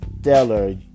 Stellar